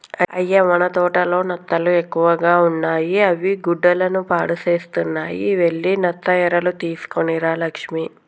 అయ్య మన తోటలో నత్తలు ఎక్కువగా ఉన్నాయి అవి గుడ్డలను పాడుసేస్తున్నాయి వెళ్లి నత్త ఎరలు తీసుకొని రా లక్ష్మి